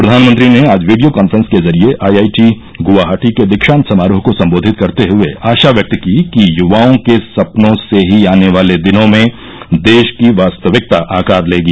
प्रधानमंत्री ने आज वीडियो कान्फ्रॅस के जरिए आईआईटी गुवाहाटी के दीक्षान्त समारोह को संबोधित करते हुए आशा व्यक्त की कि युवाओं के सपनों से ही आने वाले दिनों में देश की वास्तविकता आकार लेगी